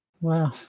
Wow